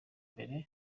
mbere